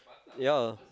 ya